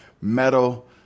metal